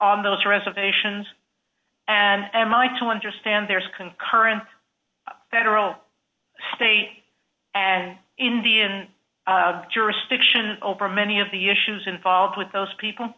on those reservations and am i to understand there is concurrent federal state and indian jurisdiction over many of the issues involved with those people